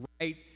right